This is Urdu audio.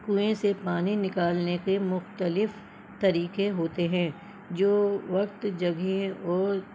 کنوئیں سے پانی نکالنے کے مختلف طریقے ہوتے ہیں جو وقت جگہ اور